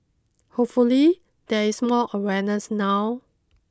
hopefully there is more awareness now